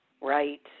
Right